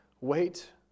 Wait